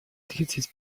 тридцать